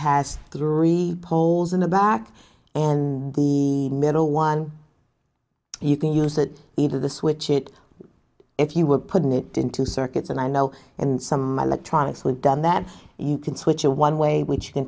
has three poles in the back and the middle one you can use that into the switch it if you were putting it into circuits and i know in some electronics we've done that you can switch a one way which can